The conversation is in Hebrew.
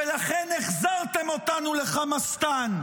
ולכן החזרתם אותנו לחמאסטן.